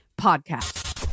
podcast